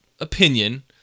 opinion